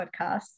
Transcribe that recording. podcast